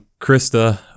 Krista